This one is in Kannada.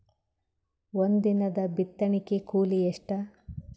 ಒಂದಿನದ ಬಿತ್ತಣಕಿ ಕೂಲಿ ಎಷ್ಟ?